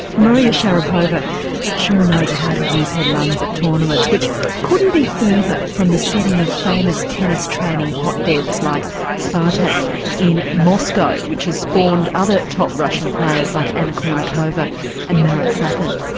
maria sharapova sure knows how to use her lungs at tournaments. which couldn't be further from the setting the famous tennis training hotbeds like spartak in moscow which has spawned other top russian players like anna kournikova and marat safin.